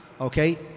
Okay